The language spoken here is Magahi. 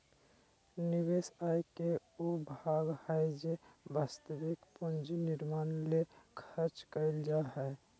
निवेश आय के उ भाग हइ जे वास्तविक पूंजी निर्माण ले खर्च कइल जा हइ